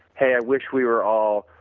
hey, i wish we were all,